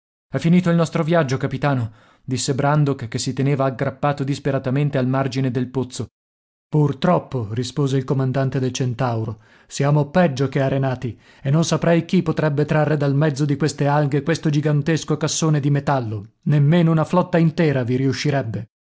è finito il nostro viaggio capitano disse brandok che si teneva aggrappato disperatamente al margine del pozzo purtroppo rispose il comandante del centauro siamo peggio che arenati e non saprei chi potrebbe trarre dal mezzo di queste alghe questo gigantesco cassone di metallo nemmeno una flotta intera vi riuscirebbe